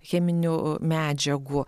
cheminių medžiagų